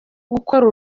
gukora